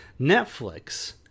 Netflix